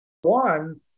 one